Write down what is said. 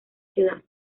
ciudad